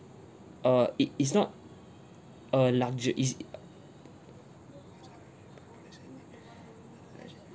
err it it's not a luxu~ it's